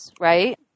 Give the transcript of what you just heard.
right